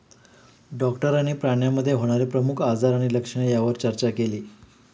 डॉक्टरांनी प्राण्यांमध्ये होणारे प्रमुख आजार आणि लक्षणे यावर चर्चा केली